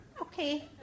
Okay